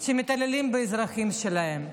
שמתעללות באזרחים שלהן.